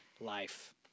life